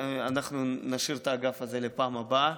אז אנחנו נשאיר את האגף הזה לפעם הבאה.